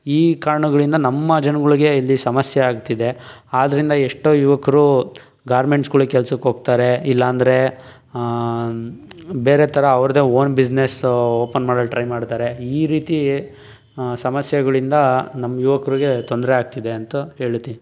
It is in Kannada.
ಈ ಕಾರಣಗಳಿಂದ ನಮ್ಮ ಜನಗಳಿಗೆ ಇಲ್ಲಿ ಸಮಸ್ಯೆ ಆಗ್ತಿದೆ ಆದ್ರಿಂದ ಎಷ್ಟೋ ಯುವಕರು ಗಾರ್ಮೆಂಟ್ಸ್ಗಳಿಗೆ ಕೆಲಸಕ್ಕೆ ಹೋಗ್ತಾರೆ ಇಲ್ಲಾಂದ್ರೆ ಬೇರೆ ಥರ ಅವ್ರದ್ದೇ ಓನ್ ಬಿಸ್ನೆಸ್ ಓಪನ್ ಮಾಡೋಕ್ಕೆ ಟ್ರೈ ಮಾಡ್ತಾರೆ ಈ ರೀತಿ ಸಮಸ್ಯೆಗಳಿಂದ ನಮ್ಮ ಯುವಕರಿಗೆ ತೊಂದರೆಯಾಗ್ತಿದೆ ಅಂತ ಹೇಳುತ್ತಿ